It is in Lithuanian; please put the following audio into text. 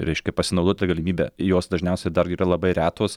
reiškia pasinaudot ta galimybe jos dažniausiai dar yra labai retos